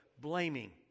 blaming